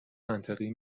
منطقی